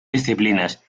disciplinas